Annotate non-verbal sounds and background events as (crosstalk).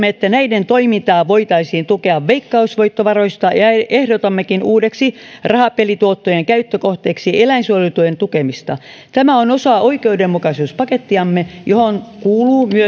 (unintelligible) että näiden toimintaa voitaisiin tukea veikkausvoittovaroista ja ehdotammekin uudeksi rahapelituottojen käyttökohteeksi eläinsuojelutyön tukemista tämä on osa oikeudenmukaisuuspakettiamme johon kuuluu myös